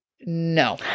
no